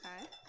Okay